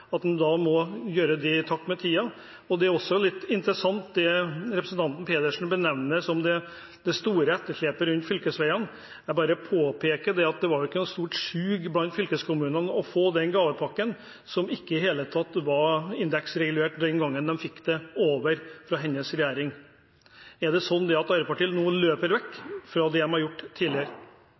at en må gjøre det i takt med tiden? Det er også litt interessant det representanten Pedersen benevner som det store etterslepet på fylkesveiene. Jeg bare påpeker at det ikke var noe stort sug blant fylkeskommunene etter å få den gavepakken, som ikke i det hele tatt var indeksregulert den gangen de fikk det fra hennes regjering. Er det sånn at Arbeiderpartiet nå løper vekk fra det de har gjort tidligere?